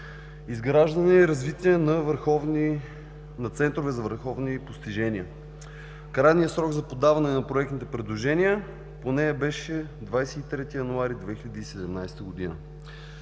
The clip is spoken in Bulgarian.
„Изграждане и развитие на центрове за върховни постижения“. Крайният срок за подаване на проектните предложения по нея беше 23 януари 2017 г.